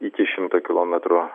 iki šimto kilometrų